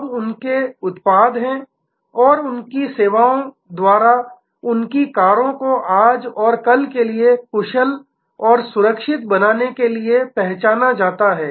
अब उनके उत्पाद हैं और और उनकी सेवाओं द्वारा उनकी कारों को आज और कल के लिए कुशल और सुरक्षित बनाने के लिए पहचाना जाता है